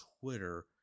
Twitter